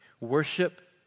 worship